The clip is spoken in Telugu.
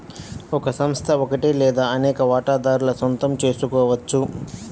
ఒక సంస్థ ఒకటి లేదా అనేక వాటాదారుల సొంతం చేసుకోవచ్చు